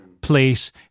place